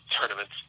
tournaments